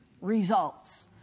results